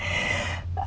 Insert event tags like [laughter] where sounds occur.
[breath]